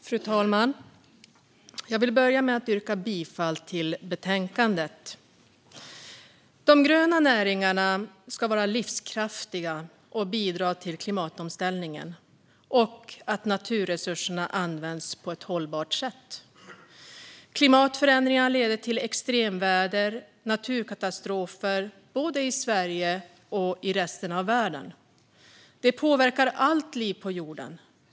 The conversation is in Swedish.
Fru talman! Jag vill börja med att yrka bifall till utskottets förslag. De gröna näringarna ska vara livskraftiga och bidra till klimatomställningen och till att naturresurserna används på ett hållbart sätt. Klimatförändringarna leder till extremväder och naturkatastrofer, både i Sverige och i resten av världen. De påverkar allt liv på jorden.